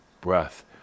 breath